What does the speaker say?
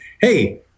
hey